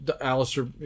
Alistair